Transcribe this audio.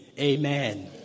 Amen